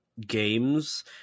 games